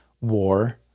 war